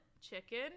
Chicken